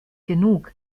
genug